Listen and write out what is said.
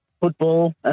football